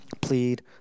Plead